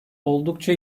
oldukça